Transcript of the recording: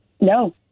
No